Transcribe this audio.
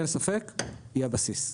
אין ספק היא הבסיס.